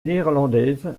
néerlandaise